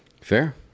Fair